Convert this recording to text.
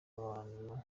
abantu